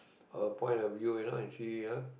a point of view you know and see ah